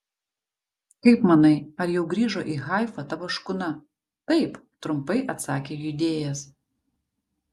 kaip manai ar jau grįžo į haifą tavo škuna taip trumpai atsakė judėjas